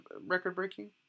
record-breaking